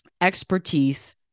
expertise